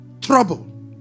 trouble